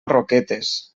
roquetes